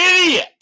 idiot